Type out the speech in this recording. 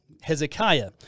Hezekiah